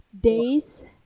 days